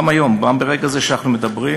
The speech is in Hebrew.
גם היום, גם ברגע זה שאנחנו מדברים,